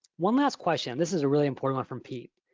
one last question. this is a really important one from pete.